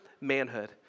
manhood